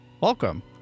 welcome